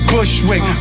Bushwick